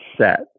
set